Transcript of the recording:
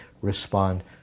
respond